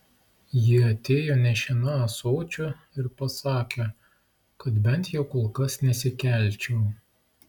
ji atėjo nešina ąsočiu ir pasakė kad bent jau kol kas nesikelčiau